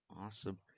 Awesome